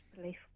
belief